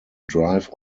drive